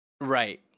Right